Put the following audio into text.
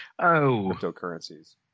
cryptocurrencies